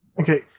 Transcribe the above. Okay